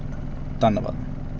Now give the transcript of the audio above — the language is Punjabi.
ਧੰਨਵਾਦ